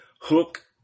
Hook